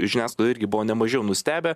žiniasklaidoj irgi buvo ne mažiau nustebę